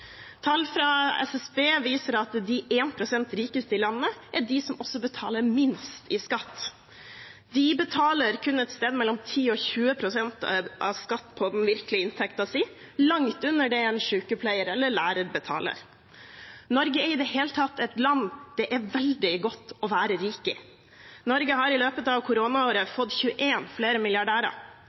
Tall fra SSB viser at de 1 pst. rikeste i landet er de som også betaler minst i skatt. De betaler kun et sted mellom 10 og 20 pst. i skatt på den virkelige inntekten sin – langt under det en sykepleier eller en lærer betaler. Norge er i det hele tatt et land det er veldig godt å være rik i. Norge har i løpet av koronaåret fått 21 flere